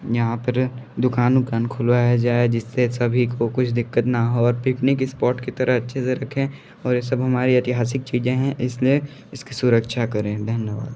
यहाँ पर दुकान वूकान खुलवाया जाए जिस से सभी को कुछ दिक्कत ना हो और पिकनिक इस्पॉट की तरह अच्छे से रखें और ये सब हमारे ऐतिहासिक चीज़ें हैं इस लिए इसकी सुरक्षा करें धन्यवाद